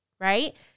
right